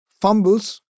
fumbles